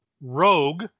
Rogue